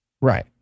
Right